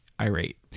irate